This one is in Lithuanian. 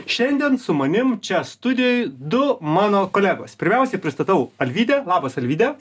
šiandien su manim čia studijoj du mano kolegos pirmiausiai pristatau alvydę labas alvyde